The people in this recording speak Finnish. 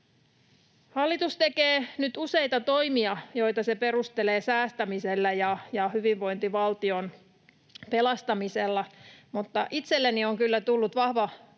Hallitus tekee nyt useita toimia, joita se perustelee säästämisellä ja hyvinvointivaltion pelastamisella, mutta itselleni on kyllä tullut vahva kuva